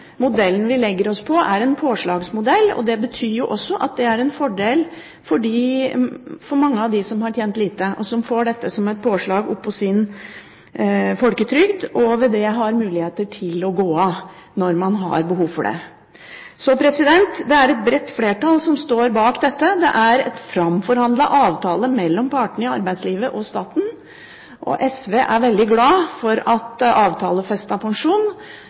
modellen vi legger oss på, er en påslagsmodell. Det betyr at det er en fordel for mange av dem som har tjent lite, og som får dette som et påslag oppå sin folketrygd, og ved det har muligheter til å gå av når de har behov for det. Det er et bredt flertall som står bak dette. Det er en framforhandlet avtale mellom partene i arbeidslivet og staten. SV er veldig glad for at